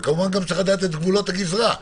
וכמובן צריך לדעת את גבולות הגזרה.